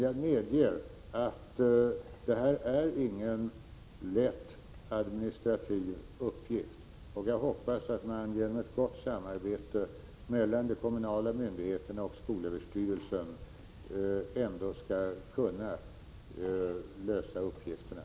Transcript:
Jag medger att detta inte är någon lätt administrativ uppgift, men jag hoppas att man genom ett gott samarbete mellan de kommunala myndigheterna och skolöverstyrelsen ändå skall kunna lösa uppgifterna.